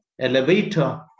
elevator